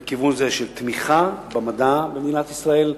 נמשיך בכיוון זה של תמיכה במדע במדינת ישראל,